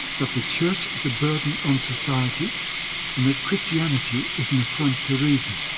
that the church is a burden on society and that christianity is an affront to reason.